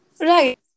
Right